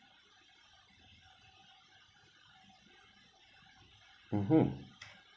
mmhmm